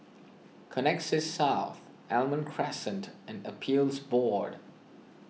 Connexis South Almond Crescent and Appeals Board